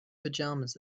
pajamas